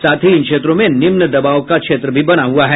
साथ ही इन क्षेत्रों में निम्न दबाव का क्षेत्र भी बना हुआ है